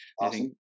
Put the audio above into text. Awesome